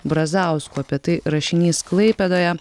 brazausku apie tai rašinys klaipėdoje